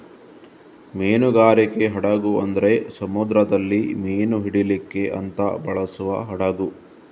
ಮೀನುಗಾರಿಕೆ ಹಡಗು ಅಂದ್ರೆ ಸಮುದ್ರದಲ್ಲಿ ಮೀನು ಹಿಡೀಲಿಕ್ಕೆ ಅಂತ ಬಳಸುವ ಹಡಗು